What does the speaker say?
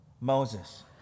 Moses